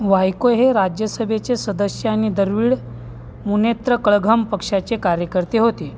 वायको हे राज्यसभेचे सदस्य आणि द्रविड मुनेत्र कळघम पक्षाचे कार्यकर्ते होते